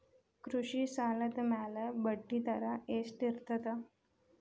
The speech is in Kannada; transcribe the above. ಕೃಷಿ ಸಾಲದ ಮ್ಯಾಲೆ ಬಡ್ಡಿದರಾ ಎಷ್ಟ ಇರ್ತದ?